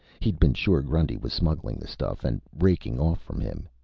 he'd been sure grundy was smuggling the stuff, and raking off from him.